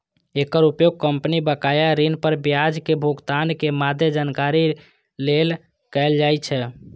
एकर उपयोग कंपनी बकाया ऋण पर ब्याजक भुगतानक मादे जानकारी लेल कैल जाइ छै